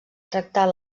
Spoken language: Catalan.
tractar